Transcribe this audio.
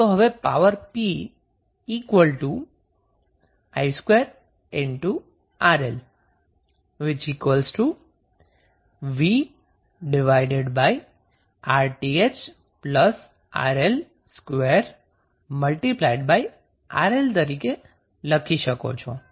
હવે power p i2RL VThRTh RL2RL તરીકે લખી શકો છો